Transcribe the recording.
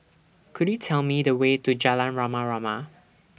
Could YOU Tell Me The Way to Jalan Rama Rama